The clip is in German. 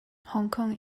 hongkong